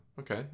Okay